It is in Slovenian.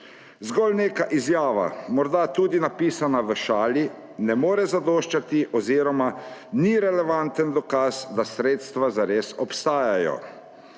Zgolj neka izjava, morda tudi napisana v šali, ne more zadoščati oziroma ni relevanten dokaz, da sredstva zares obstajajo.